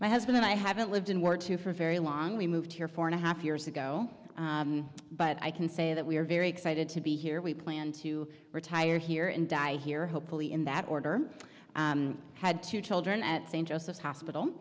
my husband and i haven't lived in were two for very long we moved here four and a half years ago but i can say that we are very excited to be here we plan to retire here and die here hopefully in that order had two children at st joseph hospital